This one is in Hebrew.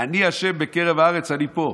"אני ה' בקרב הארץ" אני פה,